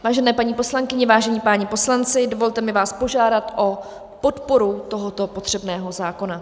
Vážené paní poslankyně, vážení páni poslanci, dovolte mi vás požádat o podporu tohoto potřebného zákona.